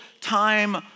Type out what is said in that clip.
time